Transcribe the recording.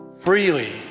freely